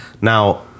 now